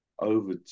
over